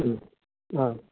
औ